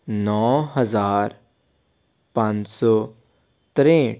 ਨੌ ਹਜ਼ਾਰ ਪੰਜ ਸੋ ਤਰੇਂਹਠ